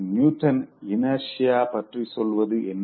Newton inertia பற்றி சொல்வது என்ன